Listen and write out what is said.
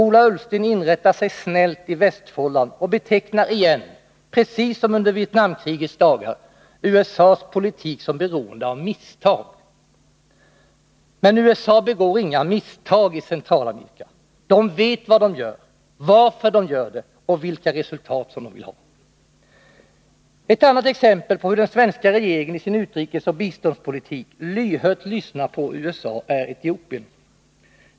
Ola Ullsten inrättar sig snällt i västfållan och betecknar igen, precis som under Vietnamkrigets dagar, USA:s politik som beroende av misstag. USA begår inga misstag i Centralamerika, man vet vad man gör, varför man gör det och vilka resultat man vill ha. Ett annat exempel på hur den svenska regeringen i sin utrikesoch biståndspolitik lyhört lyssnar på USA är Etiopien.